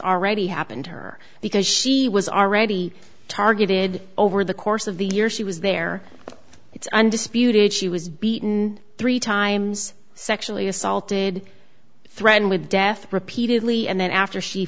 already happened to her because she was already targeted over the course of the year she was there it's undisputed she was beaten three times sexually assaulted threatened with death repeatedly and then after she